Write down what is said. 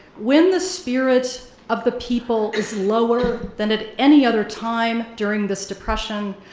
when the spirit of the people is lower than at any other time during this depression,